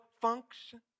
function